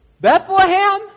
Bethlehem